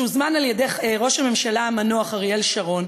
שהוזמן על-ידי ראש הממשלה המנוח אריאל שרון,